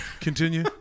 Continue